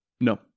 no